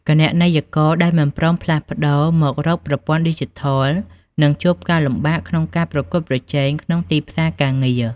គណនេយ្យករដែលមិនព្រមផ្លាស់ប្តូរមករកប្រព័ន្ធឌីជីថល នឹងជួបការលំបាកក្នុងការប្រកួតប្រជែងក្នុងទីផ្សារការងារ។